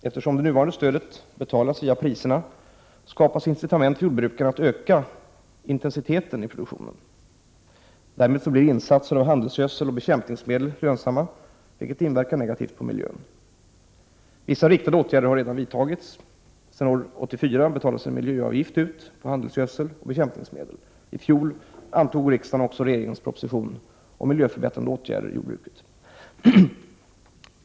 Eftersom det nuvarande stödet betalas via priserna skapas incitament för jordbrukarna att öka intensiteten i produktionen. Därmed blir insatser med handelsgödsel och bekämpningsmedel lönsamma, vilket inverkar negativt på miljön. Vissa riktade åtgärder har redan vidtagits. Sedan år 1984 tas en miljöavgift ut på handelsgödsel och bekämpningsmedel. I fjol antog också riksdagen regeringens proposition om miljöförbättrande åtgärder i jordbruket.